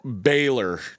Baylor